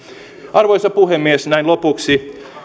arvoisa puhemies näin lopuksi